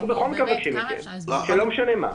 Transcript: אנחנו בכל מקרה -- -כך שלא משנה מה,